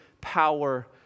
power